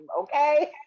Okay